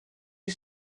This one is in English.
you